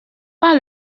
pas